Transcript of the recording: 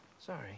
Sorry